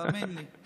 האמן לי,